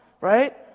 right